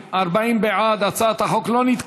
להעביר לוועדה את הצעת חוק הסדרים במשק